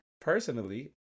Personally